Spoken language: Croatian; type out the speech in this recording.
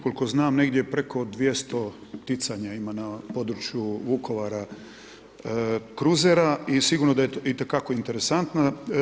Koliko znam, negdje preko 200 ticanja ima na području Vukovara kruzera i sigurno da je to itekako interesantno.